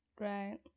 Right